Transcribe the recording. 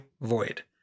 Void